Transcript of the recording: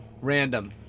Random